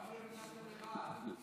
למה לא נכנסתם לרהט?